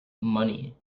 money